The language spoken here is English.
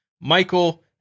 Michael